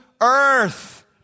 earth